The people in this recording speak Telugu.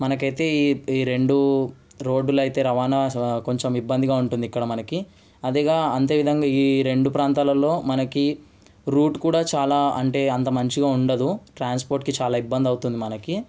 మనకైతే ఈ రెండు రోడ్లు అయితే రవాణా కొంచెం ఇబ్బందిగా ఉంటుంది ఇక్కడ మనకి అంతే ఈ విధంగా ఈ రెండు ప్రాంతాలలో మనకి రూట్ కూడా చాలా అంటే అంత మంచిగా ఉండదు ట్రాన్స్పోర్ట్కి చాలా ఇబ్బంది అవుతుంది మనకి